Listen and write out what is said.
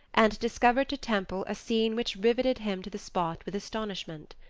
and discovered to temple a scene which rivetted him to the spot with astonishment.